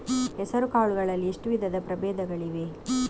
ಹೆಸರುಕಾಳು ಗಳಲ್ಲಿ ಎಷ್ಟು ವಿಧದ ಪ್ರಬೇಧಗಳಿವೆ?